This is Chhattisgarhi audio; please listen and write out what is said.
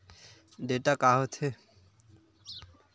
डेटा का होथे?